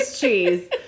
Cheese